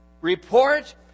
report